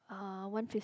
uh one fif~